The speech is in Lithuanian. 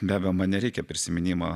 be abejo man nereikia prisiminimo